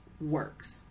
works